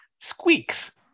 squeaks